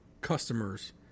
customers